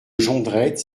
jondrette